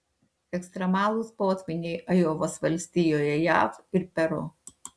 ekstremalūs potvyniai ajovos valstijoje jav ir peru